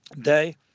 day